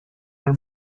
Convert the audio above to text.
her